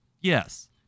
Yes